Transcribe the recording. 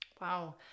Wow